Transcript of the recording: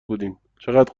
بودیم، چقد